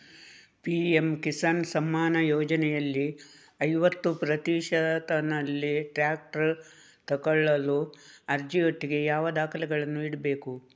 PM Kisan Samman ಯೋಜನೆಯಲ್ಲಿ ಐವತ್ತು ಪ್ರತಿಶತನಲ್ಲಿ ಟ್ರ್ಯಾಕ್ಟರ್ ತೆಕೊಳ್ಳಲು ಅರ್ಜಿಯೊಟ್ಟಿಗೆ ಯಾವ ದಾಖಲೆಗಳನ್ನು ಇಡ್ಬೇಕು?